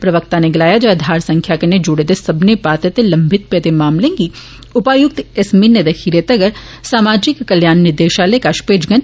प्रवक्ता नै गलाया जे आधार संख्या कन्नै जुड़े दे सब्बे पात्र ते लंबित पेदे मामलें गी उपायुक्त इस म्हीने दे खीरै तगर सामाजिक कल्याण निदेषालय कष भेजन